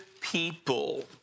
people